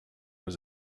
was